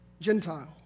Gentile